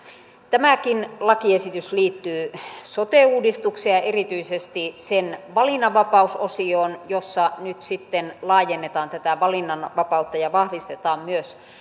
tämäkin lakiesitys liittyy sote uudistukseen ja erityisesti sen valinnanvapausosioon jossa nyt sitten laajennetaan tätä valinnanvapautta ja vahvistetaan myös